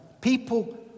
People